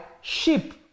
sheep